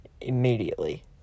immediately